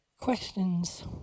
questions